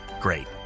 Great